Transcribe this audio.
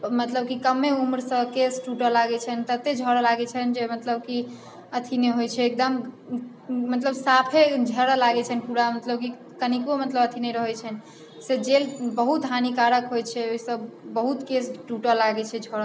मतलब की कमे उम्रसँ केश टूटऽ लागैत छनि तते झड़ै लागैत छनि जे मतलब की अथी नहि होइत छै एकदम मतलब साफे झड़े लागैत छनि पूरा मतलब की कनिको मतलब अथी नहि रहैत छनि से जेल बहुत हानिकारक होइत छै ओहिसँ बहुत केश टूटऽ लागैत छै